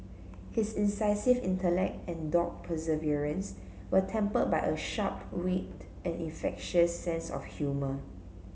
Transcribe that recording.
his incisive intellect and dogged perseverance were tempered by a sharp wit and infectious sense of humour